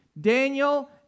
Daniel